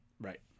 Right